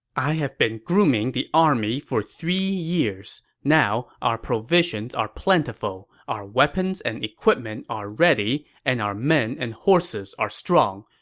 i have been grooming the army for three years. now, our provisions are plentiful, our weapons and equipment are ready, and our men and horses are strong.